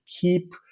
keep